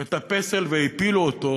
את הפסל והפילו אותו